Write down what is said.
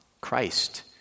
Christ